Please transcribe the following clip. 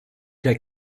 der